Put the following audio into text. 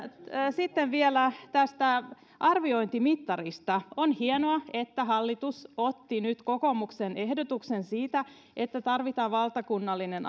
sitten vielä tästä arviointimittarista on hienoa että hallitus otti nyt kokoomuksen ehdotuksen siitä että tarvitaan valtakunnallinen